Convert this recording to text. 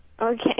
okay